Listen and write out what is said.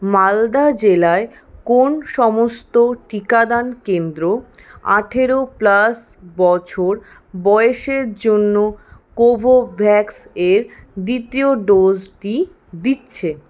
মালদা জেলায় কোন সমস্ত টিকাদান কেন্দ্র আঠারো প্লাস বছর বয়সের জন্য কোভোভ্যাক্স এর দ্বিতীয় ডোজটি দিচ্ছে